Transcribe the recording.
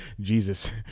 Jesus